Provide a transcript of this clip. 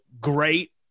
great